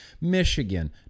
Michigan